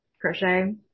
crochet